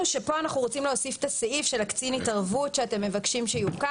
זה לא מטרת החוק, אבל זה מבחן אמיתי שאם